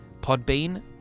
Podbean